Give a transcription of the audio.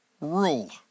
rule